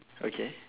okay